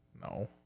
No